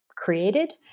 created